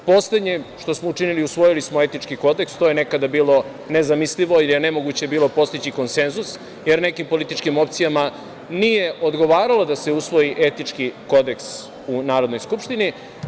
Poslednje što smo učinili jeste da smo usvojili Etički kodeks, što je nekada bilo nezamislivo, nemoguće je bilo postići konsenzus, jer nekim, političkim opcijama nije odgovaralo da se usvoji Etički kodeks u Narodnoj skupštini.